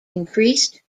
increased